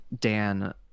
Dan